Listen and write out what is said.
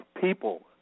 people